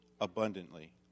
abundantly